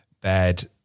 bad